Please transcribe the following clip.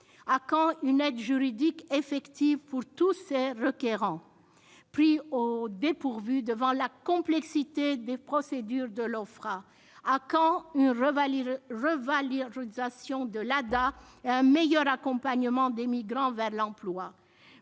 À quand une aide juridique effective pour tous ces requérants, qui sont pris au dépourvu devant la complexité des procédures de l'Ofpra ? À quand une revalorisation de l'ADA et un meilleur accompagnement des migrants vers l'emploi ?